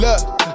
Look